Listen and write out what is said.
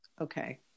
Okay